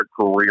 career